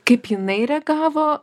kaip jinai reagavo